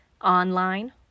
online